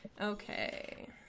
Okay